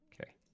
Okay